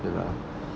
you know